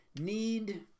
need